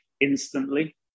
instantly